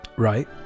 Right